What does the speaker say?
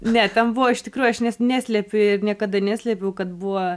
ne ten buvo iš tikrųjų aš ne neslėpiu ir niekada neslėpiau kad buvo